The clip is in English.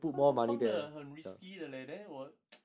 cause feng kuang 的很 risky 的 leh then 我